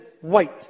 white